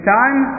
time